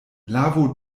lavu